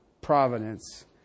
providence